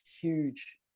huge